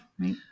right